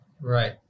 right